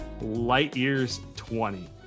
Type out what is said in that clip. LIGHTYEARS20